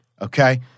okay